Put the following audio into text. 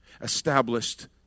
established